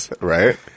Right